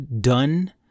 done